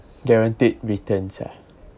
guaranteed returns ah